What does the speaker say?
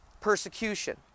persecution